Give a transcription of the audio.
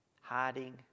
hiding